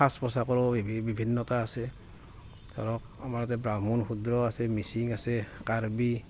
সাজ পোচাকৰো বিভিন্নতা আছে ধৰক আমাৰ ইয়াতে বামুণ শূদ্ৰ আছে মিচিং আছে কাৰ্বি